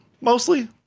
mostly